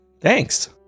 Thanks